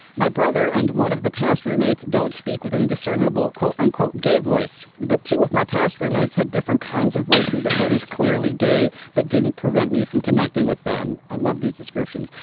my brother and one of the past roommates don't speak with any discernable quote unquote gay voice. but two of my past roommates had different kinds of voices that read is clearly gay but didn't prevent me from connecting with them. i love these descriptions.